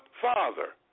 Father